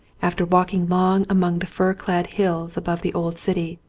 after walking long among the fir-clad hills above the old city,